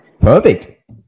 Perfect